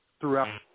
throughout